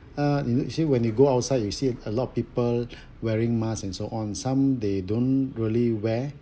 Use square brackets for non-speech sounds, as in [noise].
[breath] uh actually when you go outside you see a lot of people [breath] wearing masks and so on some they don't really wear